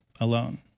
alone